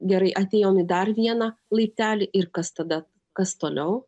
gerai atėjom į dar vieną laiptelį ir kas tada kas toliau